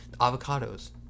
avocado's